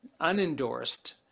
unendorsed